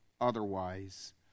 otherwise